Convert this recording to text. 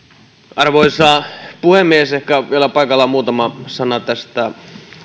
arvoisa puhemies ehkä on vielä paikallaan muutama sana tästä